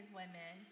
women